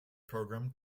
program